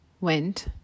went